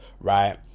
right